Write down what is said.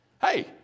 Hey